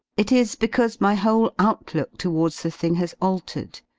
it is because my whole outlook towards the thing has altered.